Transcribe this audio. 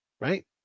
Right